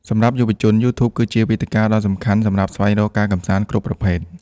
សម្រាប់យុវជន YouTube គឺជាវេទិកាដ៏សំខាន់សម្រាប់ស្វែងរកការកម្សាន្តគ្រប់ប្រភេទ។